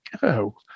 go